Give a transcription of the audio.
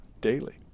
daily